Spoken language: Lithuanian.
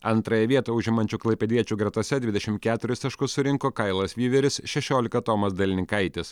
antrąją vietą užimančių klaipėdiečių gretose dvidešim keturis taškus surinko kailas vyveris šešiolika tomas delininkaitis